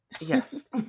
Yes